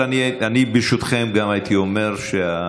אבל אני ברשותכם גם הייתי אומר שהביטוי